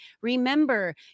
Remember